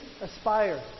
aspire